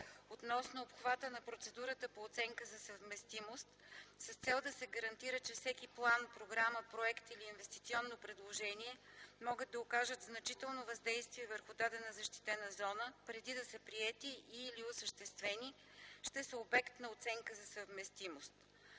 относно обхвата на процедурата по оценка за съвместимост, с цел да се гарантира, че всеки план, програма, проект или инвестиционно предложение, които могат да окажат значително въздействие върху дадена защитена зона преди да са приети и/или осъществени, ще са обект на оценка за съвместимост.